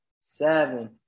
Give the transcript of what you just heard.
seven